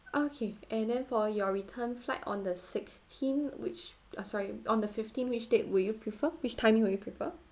okay and then for your return flight on the sixteen which ah sorry on the fifteen which date will you prefer which timing will you prefer